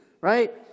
right